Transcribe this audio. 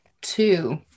two